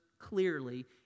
clearly